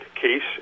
case